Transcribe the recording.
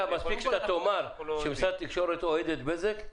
מספיק שאתה תאמר שמשרד התקשורת אוהד את בזק,